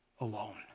alone